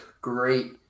great